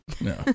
no